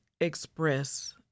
express